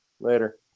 Later